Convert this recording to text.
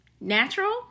natural